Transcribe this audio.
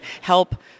help